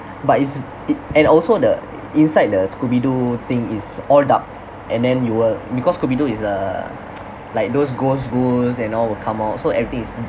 but it's it and also the inside the scooby doo thing is all dark and then you will because scooby doo is uh like those ghosts ghouls and all will come out so everything is